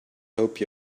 hope